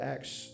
Acts